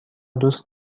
دوست